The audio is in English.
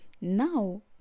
Now